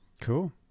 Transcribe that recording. cool